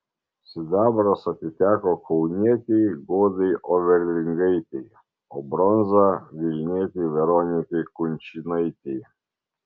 sidabras atiteko kaunietei godai overlingaitei o bronza vilnietei veronikai kunčinaitei